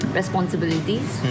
responsibilities